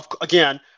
again